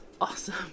awesome